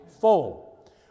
full